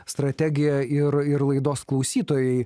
strategija ir ir laidos klausytojai